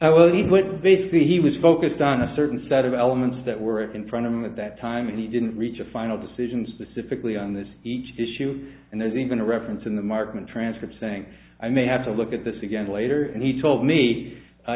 good basically he was focused on a certain set of elements that were in front of him at that time and he didn't reach a final decisions the civically on this each issue and there's even a reference in the martin transcript saying i may have to look at this again later and he told me